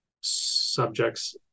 subjects